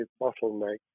bottleneck